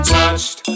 touched